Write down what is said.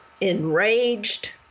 enraged